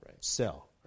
sell